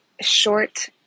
short